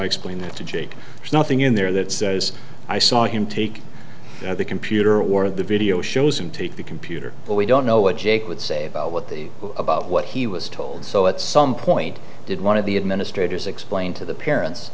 i explained that to jake there's nothing in there that says i saw him take the computer or the video shows and take the computer but we don't know what jake would say about what the about what he was told so at some point did one of the administrators explain to the parents